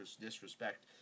disrespect